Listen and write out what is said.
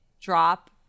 drop